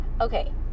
okay